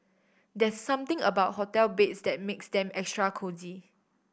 there's something about hotel beds that makes them extra cosy